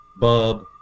bub